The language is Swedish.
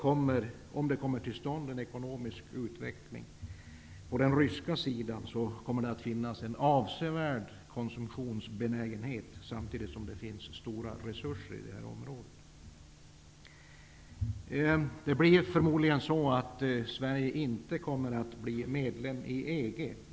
Om det kommer till stånd en ekonomisk utveckling på den ryska sidan kommer det att finnas en avsevärd konsumtionsbenägenhet samtidigt som det finns stora resurser i detta område. Förmodligen kommer Sverige inte att bli medlem i EG.